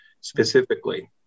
specifically